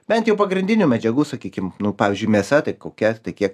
bent jau pagrindinių medžiagų sakykim nu pavyzdžiui mėsa tai kokia tai kiek